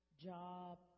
job